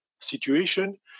situation